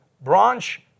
branch